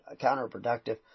counterproductive